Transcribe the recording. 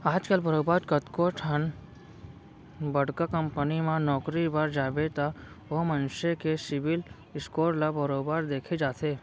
आजकल बरोबर कतको ठन बड़का कंपनी म नौकरी बर जाबे त ओ मनसे के सिविल स्कोर ल बरोबर देखे जाथे